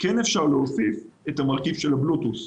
כן אפשר להוסיף לזה את המרכיב של הבלוטוס,